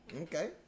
Okay